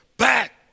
Back